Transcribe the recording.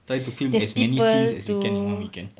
try to film as many scenes as we can in one weekend